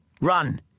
Run